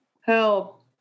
help